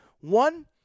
one